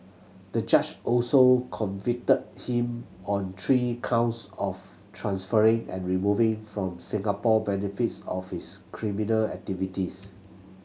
the judge also convicted him on three counts of transferring and removing from Singapore benefits of his criminal activities